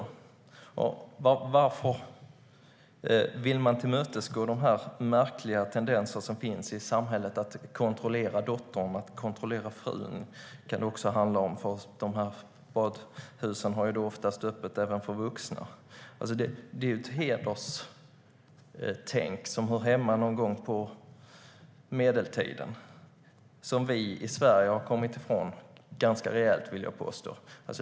Och varför vill man tillmötesgå dessa märkliga tendenser som finns i samhället? Det handlar om att kontrollera dottern eller frun; badhusen har oftast öppet även för vuxna. Det är ett hederstänk som kunde ha hört hemma någon gång på medeltiden och som vi i Sverige har kommit ifrån ganska rejält, vill jag påstå.